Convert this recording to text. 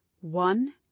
one